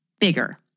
bigger